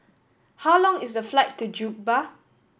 how long is the flight to Juba